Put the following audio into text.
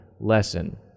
Lesson